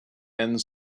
end